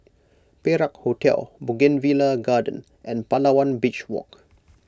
Perak Hotel Bougainvillea Garden and Palawan Beach Walk